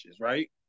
right